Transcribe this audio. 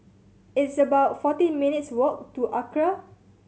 it's about fourteen minutes walk to ACRA